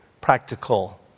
practical